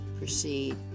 proceed